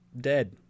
dead